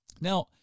Now